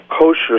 kosher